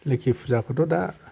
लोखि फुजाखौथ' दा